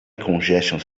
concessions